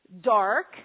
dark